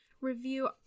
review